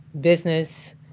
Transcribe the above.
business